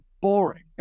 boring